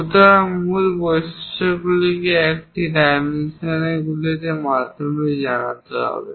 সুতরাং মূল বৈশিষ্ট্যগুলিকে এই ডাইমেনশনগুলির মাধ্যমে জানাতে হবে